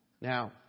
Now